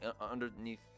underneath